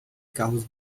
carros